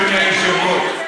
אדוני היושב-ראש,